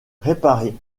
réparer